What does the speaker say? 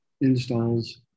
installs